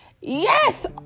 Yes